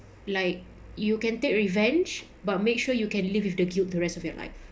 like you can take revenge but make sure you can live with the guilt the rest of your life